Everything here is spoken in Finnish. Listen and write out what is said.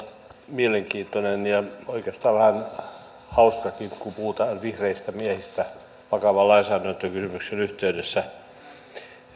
mielenkiintoinen ja oikeastaan vähän hauskakin kun puhutaan vihreistä miehistä vakavan lainsäädäntökysymyksen yhteydessä